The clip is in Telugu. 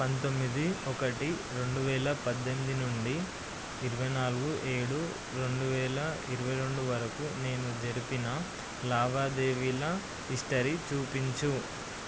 పంతొమ్మిది ఒకటి రెండు వేల పద్దెనిమిది నుండి ఇరవై నాలుగు ఏడు రెండు వేల ఇరవై రెండు వరకు నేను జరిపిన లావాదేవీల హిస్టరీ చూపించు